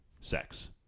sex